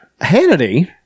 Hannity